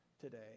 today